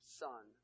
son